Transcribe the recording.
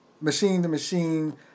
machine-to-machine